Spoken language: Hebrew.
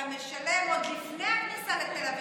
אתה משלם עוד לפני הכניסה לתל אביב,